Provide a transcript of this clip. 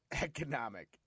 economic